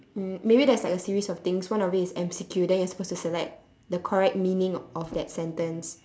um maybe there's like a series of things one of it is M_C_Q then you're supposed to select the correct meaning of that sentence